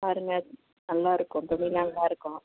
பாருங்க நல்லா இருக்கும் துணி நல்லா இருக்கும்